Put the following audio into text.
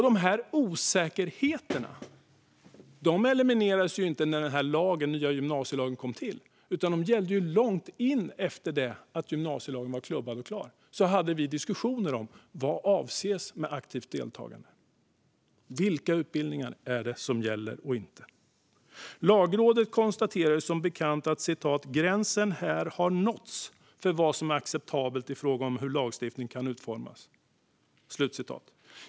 Dessa osäkerheter eliminerades inte när den nya gymnasielagen kom till. Långt efter det att gymnasielagen var klubbad och klar hade vi diskussioner om vad som avses med aktivt deltagande och vilka utbildningar som gäller och inte. Lagrådet konstaterade som bekant att "gränsen här har nåtts för vad som är acceptabelt i fråga om hur lagstiftning kan utformas".